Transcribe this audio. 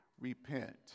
repent